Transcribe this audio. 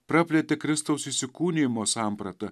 praplėtė kristaus įsikūnijimo sampratą